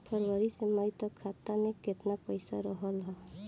फरवरी से मई तक खाता में केतना पईसा रहल ह?